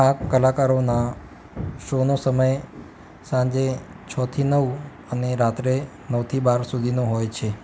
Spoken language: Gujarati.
આ કલાકારોના શોનો સમય સાંજે છ થી નવ અને રાત્રે નવથી બાર સુધીનો હોય છે